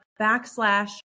backslash